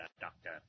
Doctor